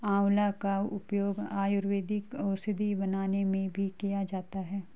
आंवला का उपयोग आयुर्वेदिक औषधि बनाने में भी किया जाता है